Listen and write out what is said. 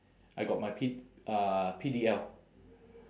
I got my P uh P_D_L